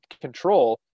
control